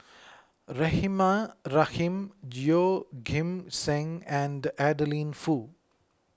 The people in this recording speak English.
Rahimah Rahim Yeoh Ghim Seng and Adeline Foo